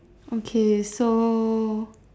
okay so